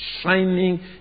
shining